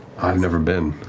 i've never been.